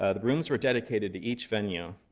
ah the rooms were dedicated to each venue,